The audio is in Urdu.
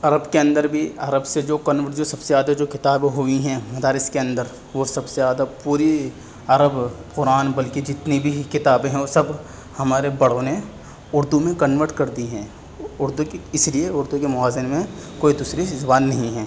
عرب کے اندر بھی عرب سے جو سب سے زیادہ جو کتابیں ہوئی ہیں مدارس کے اندر وہ سب سے زیادہ پوری عرب قرآن بلکہ جتنی بھی کتابیں ہیں وہ سب ہمارے بڑوں نے اردو میں کنورٹ کر دی ہیں اردو کی اس لیے اردو کے موازنے میں کوئی دوسری زبان نہیں ہیں